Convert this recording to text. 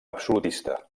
absolutista